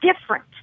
different